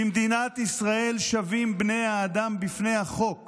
"במדינת ישראל שווים בני האדם בפני החוק